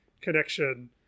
connection